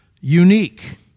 unique